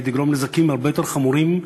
היא תגרום נזקים הרבה יותר חמורים,